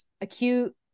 acute